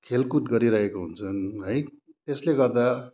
खेलकुद गरिरहेको हुन्छन् है त्यसले गर्दा